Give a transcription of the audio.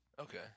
Okay